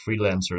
freelancers